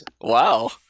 Wow